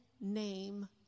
name